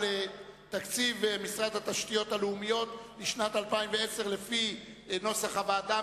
תקציב משרד התשתיות הלאומיות לשנת 2010 לפי נוסח הוועדה.